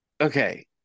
okay